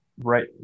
Right